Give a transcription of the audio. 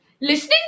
Listening